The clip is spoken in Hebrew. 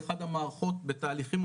באחד המערכות בתהליכים,